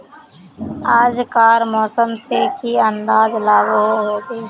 आज कार मौसम से की अंदाज लागोहो होबे?